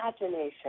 imagination